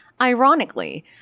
Ironically